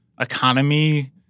economy